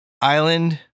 Island